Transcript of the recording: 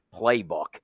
playbook